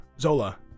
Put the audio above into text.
Zola